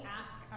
ask